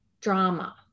drama